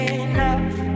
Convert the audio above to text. enough